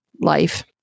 life